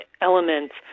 elements